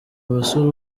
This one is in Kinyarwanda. basore